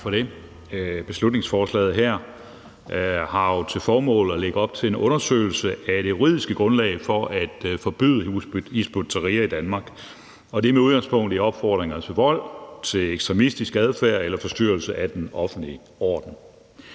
Tak for det. Beslutningsforslaget her har jo til formål at lægge op til en undersøgelse af det juridiske grundlag for at forbyde Hizb ut-Tahrir i Danmark, med udgangspunkt i at der har været opfordringer til vold, ekstremistisk adfærd eller forstyrrelse af den offentlige orden.